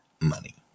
money